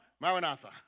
Maranatha